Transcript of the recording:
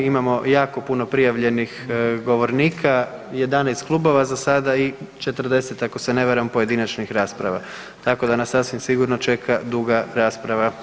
Imamo jako puno prijavljenih govornika, 11 kluba za sada i 40, ako se ne varam, pojedinačnih rasprava, tako da nas sasvim sigurno čeka duga rasprava.